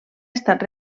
estat